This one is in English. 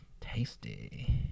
Tasty